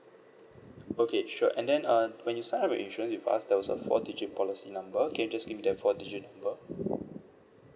okay sure and then uh when you sign up the insurance with us there was a four digit policy number can you just give me that four digit number